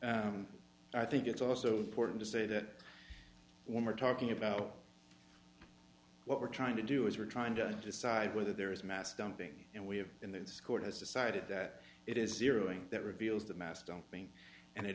zero i think it's also important to say that when we're talking about what we're trying to do is we're trying to decide whether there is mass dumping and we have in this court has decided that it is zeroing that reveals the mass dumping and it